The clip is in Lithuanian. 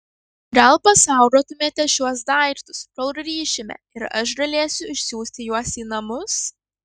gal pasaugotumėte šiuos daiktus kol grįšime ir aš galėsiu išsiųsti juos į namus